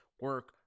Work